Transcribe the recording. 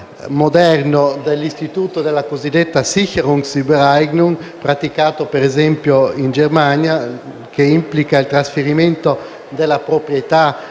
moderno dell'istituto della cosiddetta *sicherungsübereignung* praticato per esempio in Germania, che implica il trasferimento della proprietà